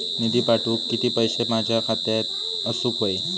निधी पाठवुक किती पैशे माझ्या खात्यात असुक व्हाये?